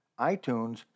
iTunes